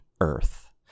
Earth